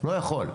לא יכול.